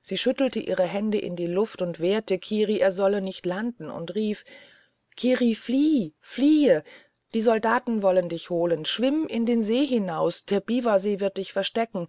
sie schüttelte ihre hände in die luft und wehrte kiri er solle nicht landen und rief kiri flieh fliehe die soldaten wollen dich uns holen schwimm in den see hinaus der biwasee wird dich verstecken